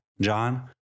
John